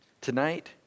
Tonight